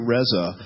Reza